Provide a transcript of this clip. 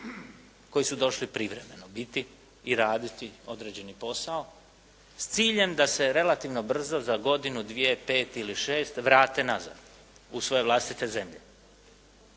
koji su došli privremeno biti i raditi određeni posao s ciljem da se relativno brzo za godinu, dvije, pet ili šest vrate nazad u svoje vlastite zemlje.